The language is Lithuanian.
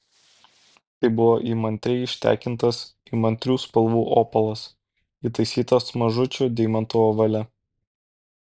tai buvo įmantriai ištekintas įmantrių spalvų opalas įtaisytas mažučių deimantų ovale